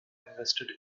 invested